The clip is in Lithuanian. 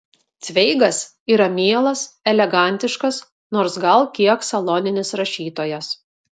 cveigas yra mielas elegantiškas nors gal kiek saloninis rašytojas